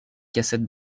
cassettes